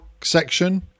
section